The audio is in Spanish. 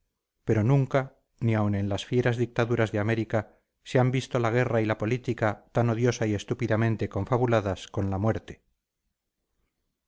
pero nunca ni aun en las fieras dictaduras de américa se han visto la guerra y la política tan odiosa y estúpidamente confabuladas con la muerte